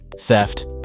theft